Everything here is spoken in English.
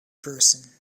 person